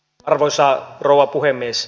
arvoisa rouva puhemies